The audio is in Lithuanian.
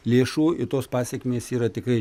lėšų ir tos pasekmės yra tikrai